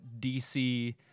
DC